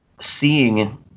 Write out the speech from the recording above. seeing